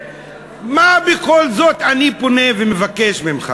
מה בכל זאת אני פונה ומבקש ממך?